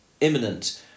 Imminent